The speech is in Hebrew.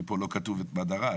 כי פה לא כתוב את מד הרעש.